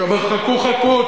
שאומר: חכו חכו,